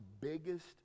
biggest